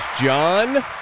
John